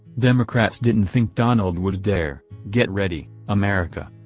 democrats didn't think donald would dare. get ready, america.